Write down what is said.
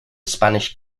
spanish